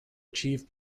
achieve